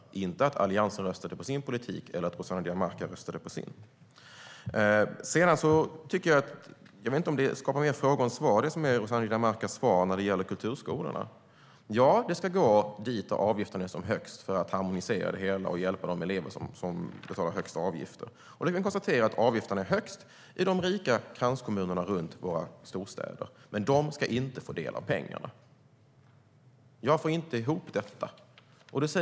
Det var inte att Alliansen röstade på sin politik eller att Rossana Dinamarca röstade på sin. Jag vet inte om Rossana Dinamarcas svar när det gäller kulturskolorna var mer av en fråga än ett svar. Ja, pengarna ska gå dit där avgifterna är som högst för att harmonisera det hela och hjälpa de elever som betalar de högsta avgifterna. Vi kan konstatera att avgifterna är högst i de rika kranskommunerna runt våra storstäder. Men de ska inte få ta del av pengarna. Jag får inte ihop detta.